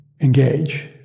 engage